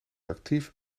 actief